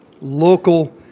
local